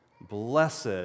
Blessed